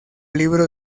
libro